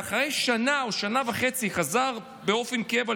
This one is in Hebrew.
ואחרי שנה או שנה וחצי חזר לישראל באופן קבוע,